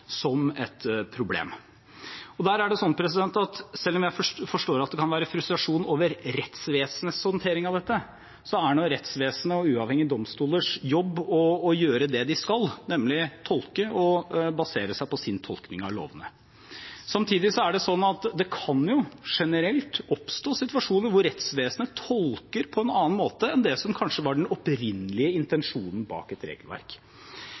kan være frustrasjon over rettsvesenets håndtering av dette, er rettsvesenet og uavhengige domstolers jobb å gjøre det de skal, nemlig å tolke og basere seg på sin tolkning av lovene. Samtidig er det sånn at det generelt kan oppstå situasjoner hvor rettsvesenet tolker på en annen måte enn det som kanskje var den opprinnelige intensjonen bak et regelverk.